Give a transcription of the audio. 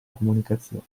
comunicazione